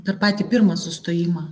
per patį pirmą sustojimą